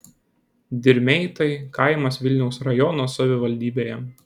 dirmeitai kaimas vilniaus rajono savivaldybėje